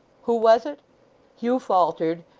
who was it hugh faltered,